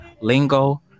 lingo